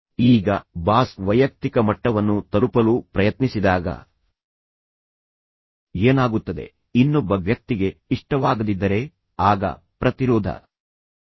ಈಗ ಬಾಸ್ ವೈಯಕ್ತಿಕ ಮಟ್ಟವನ್ನು ತಲುಪಲು ಪ್ರಯತ್ನಿಸಿದಾಗ ಏನಾಗುತ್ತದೆ ಇನ್ನೊಬ್ಬ ವ್ಯಕ್ತಿಗೆ ಇಷ್ಟವಾಗದಿದ್ದರೆ ಆಗ ಪ್ರತಿರೋಧ ಇರುತ್ತದೆ